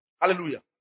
Hallelujah